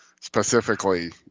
Specifically